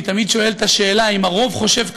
אני תמיד שואל את השאלה אם הרוב חושב כמוני,